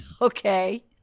okay